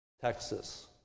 Texas